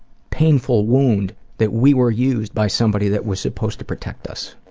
painful wound that we were used by somebody that was supposed to protect us.